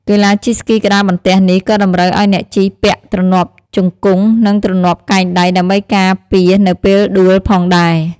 កីឡាជិះស្គីក្ដារបន្ទះនេះ ក៏តម្រូវឱ្យអ្នកជិះពាក់ទ្រនាប់ជង្គង់ និង ទ្រនាប់កែងដៃ ដើម្បីការពារនៅពេលដួលផងដែរ។